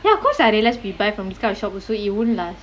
ya because I realise we buy from this kind of shop also it won't last